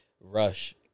rush